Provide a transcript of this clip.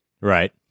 Right